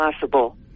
possible